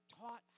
taught